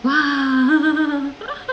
!wah!